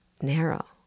narrow